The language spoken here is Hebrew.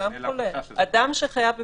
אדם שחייב בידוד,